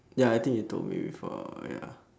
ya I think you told me before ya